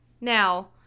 Now